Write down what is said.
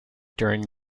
during